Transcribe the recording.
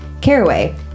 Caraway